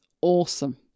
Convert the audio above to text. awesome